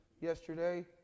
yesterday